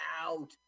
out